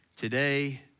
today